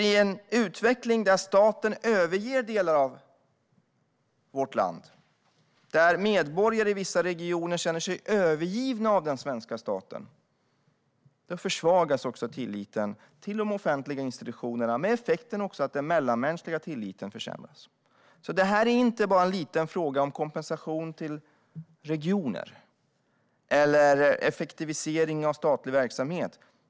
I en utveckling där staten överger delar av vårt land, där medborgare i vissa regioner känner sig övergivna av den svenska staten, försvagas tilliten till de offentliga institutionerna med effekten att den mellanmänskliga tilliten försämras. Detta är alltså inte bara en liten fråga om kompensation till regioner eller om effektivisering av statlig verksamhet.